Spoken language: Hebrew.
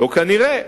לא כנראה,